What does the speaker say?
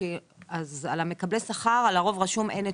לגבי מקבלי שכר כתוב שאין נתונים.